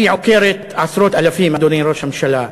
היא עוקרת עשרות אלפים, אדוני ראש הממשלה.